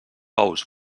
ous